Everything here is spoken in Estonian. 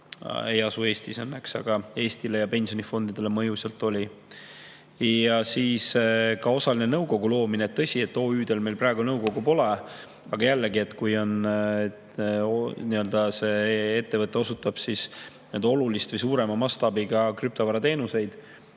ei asu Eestis õnneks, aga Eestile ja pensionifondidele mõju sealt oli. Ja ka osaline nõukogu loomine. Tõsi, OÜ-del meil praegu nõukogu pole. Aga jällegi, kui ettevõte osutab olulisi või suurema mastaabiga krüptovarateenuseid,